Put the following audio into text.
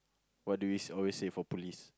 what do we always say for police